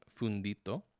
fundito